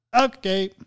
okay